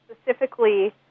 specifically